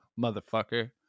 motherfucker